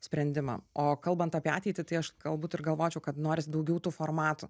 sprendimą o kalbant apie ateitį tai aš kalbu galvočiau kad noris daugiau tų formatų